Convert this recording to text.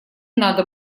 надо